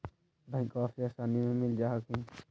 बैंकबा से आसानी मे मिल जा हखिन?